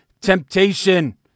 temptation